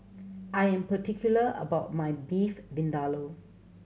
I am particular about my Beef Vindaloo